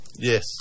Yes